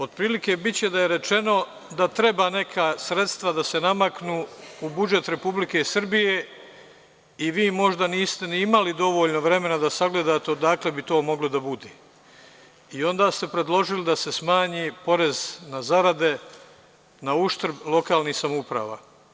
Otprilike biće da je rečeno da treba neka sredstva da se namaknu u budžet Republike Srbije i vi možda niste ni imali dovoljno vremena da sagledate odakle bi to moglo da bude i onda ste predložili da se smanji porez na zarade na uštrb lokalnih samouprava.